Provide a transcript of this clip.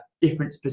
different